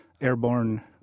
airborne